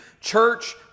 church